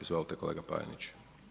Izvolite kolega Panenić.